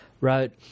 wrote